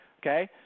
okay